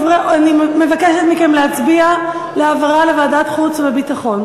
אני מבקשת מכם להצביע על העברה לוועדת חוץ וביטחון.